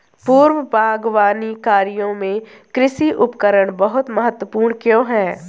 पूर्व बागवानी कार्यों में कृषि उपकरण बहुत महत्वपूर्ण क्यों है?